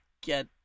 get